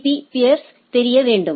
பீ பீர்ஸ்களுக்கு தெரிய வேண்டும்